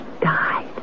died